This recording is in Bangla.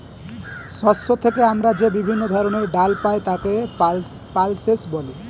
শস্য থেকে আমরা যে বিভিন্ন ধরনের ডাল পাই তাকে পালসেস বলে